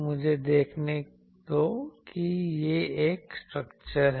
मुझे देखने दो कि यह स्ट्रक्चर है